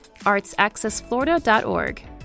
artsaccessflorida.org